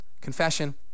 Confession